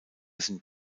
sind